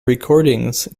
recordings